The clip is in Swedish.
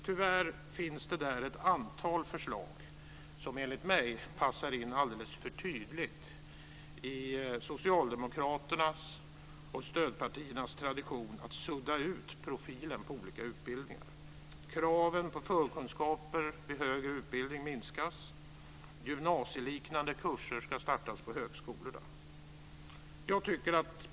Tyvärr finns det där ett antal förslag som enligt mig passar in alldeles för tydligt i socialdemokraternas och stödpartiernas tradition att sudda ut profilen på olika utbildningar. Kraven på förkunskaper vid högre utbildning minskas. Gymnasieliknande kurser ska startas på högskolorna.